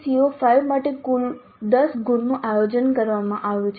CO5 માટે કુલ 10 ગુણનું આયોજન કરવામાં આવ્યું છે